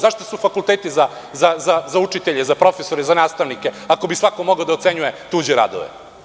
Zašto postoje fakulteti za učitelje, za profesore, za nastavnike ako bi svako mogao da ocenjuje tuđe radove?